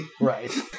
Right